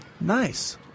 Nice